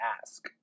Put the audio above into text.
ask